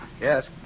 Yes